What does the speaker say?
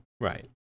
right